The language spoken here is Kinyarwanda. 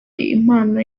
impano